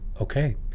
okay